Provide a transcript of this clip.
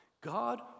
God